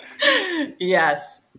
yes